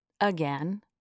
again